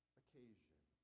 occasion